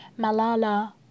Malala